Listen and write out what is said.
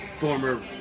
Former